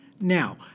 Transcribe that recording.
Now